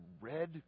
red